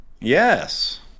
Yes